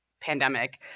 pandemic